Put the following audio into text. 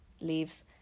leaves